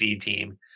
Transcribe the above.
team